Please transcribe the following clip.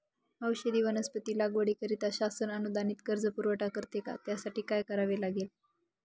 औषधी वनस्पती लागवडीकरिता शासन अनुदानित कर्ज पुरवठा करते का? त्यासाठी काय करावे लागेल?